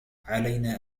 علينا